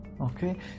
okay